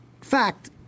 fact